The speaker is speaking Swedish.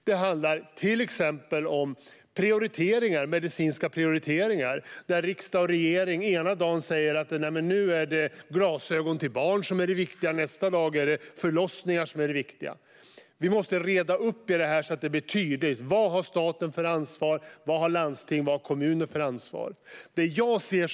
Det handlar till exempel om medicinska prioriteringar, där riksdag och regering ena dagen säger att det är glasögon till barn som är det viktiga och andra dagen säger att det är förlossningar som är det viktiga. Vi måste reda upp detta så att det blir tydligt - vad har staten för ansvar, vad har landsting för ansvar och vad har kommuner för ansvar?